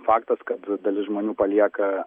faktas kad dalis žmonių palieka